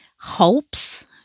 hopes